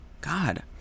God